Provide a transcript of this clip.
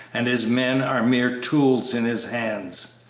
and his men are mere tools in his hands.